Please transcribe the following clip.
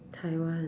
Taiwan